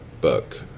book